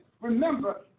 Remember